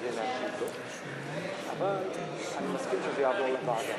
תוצאות ההצבעה